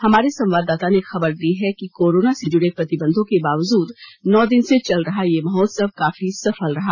हमारे संवाददाता ने खबर दी है कि कोरोना से जुड़े प्रतिबंधों के बावजूद नौ दिन से चल रहा यह महोत्सव काफी सफल रहा